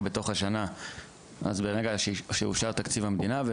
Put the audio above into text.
בתוך השנה אז ברגע שאושר תקציב המדינה.